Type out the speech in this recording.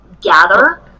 gather